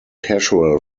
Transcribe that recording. casual